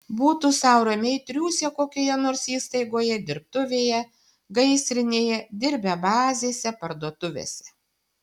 būtų sau ramiai triūsę kokioje nors įstaigoje dirbtuvėje gaisrinėje dirbę bazėse parduotuvėse